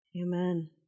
Amen